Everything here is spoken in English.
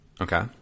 Okay